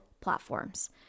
platforms